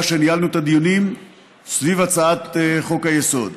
שניהלנו בה את הדיונים סביב הצעת חוק-היסוד,